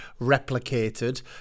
replicated